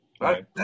Right